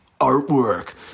artwork